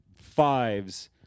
fives